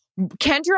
Kendra